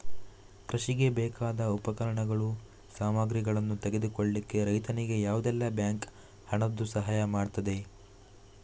ಕೃಷಿಗೆ ಬೇಕಾದ ಉಪಕರಣಗಳು, ಸಾಮಗ್ರಿಗಳನ್ನು ತೆಗೆದುಕೊಳ್ಳಿಕ್ಕೆ ರೈತನಿಗೆ ಯಾವುದೆಲ್ಲ ಬ್ಯಾಂಕ್ ಹಣದ್ದು ಸಹಾಯ ಮಾಡ್ತದೆ?